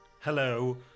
Hello